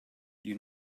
you